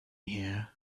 here